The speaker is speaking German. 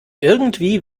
irgendwie